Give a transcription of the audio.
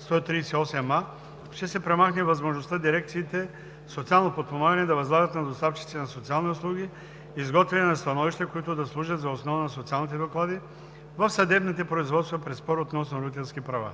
138а, ще се премахне възможността дирекциите „Социално подпомагане“ да възлагат на доставчици на социални услуги изготвяне на становища, които да служат за основа на социалните доклади в съдебните производства при спор относно родителските права.